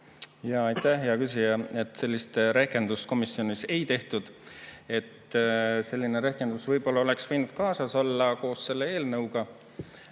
Aitäh, hea küsija! Sellist rehkendust komisjonis ei tehtud. Selline rehkendus võib-olla oleks võinud kaasas olla selle eelnõuga.